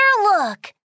look